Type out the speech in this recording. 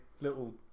little